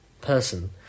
person